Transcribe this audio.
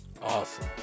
awesome